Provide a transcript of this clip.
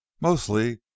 mostly